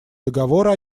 договора